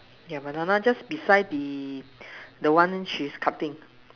yeah banana just beside the the one she cutting